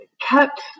kept